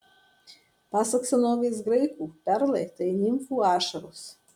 pasak senovės graikų perlai tai nimfų ašaros